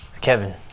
Kevin